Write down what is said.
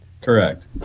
Correct